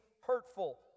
hurtful